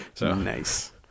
Nice